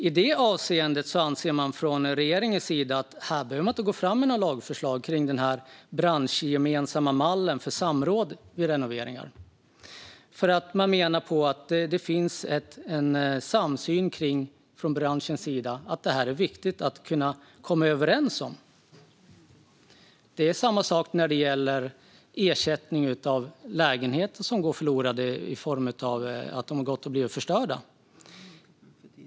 I det avseendet anser man från regeringens sida att man inte behöver gå fram med något lagförslag kring den här branschgemensamma mallen för samråd vid renoveringar. Man menar nämligen på att det från branschens sida finns en samsyn kring att detta är viktigt att kunna komma överens om. Det är samma sak när det gäller ersättning av lägenheter som går förlorade när de blir förstörda.